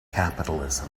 capitalism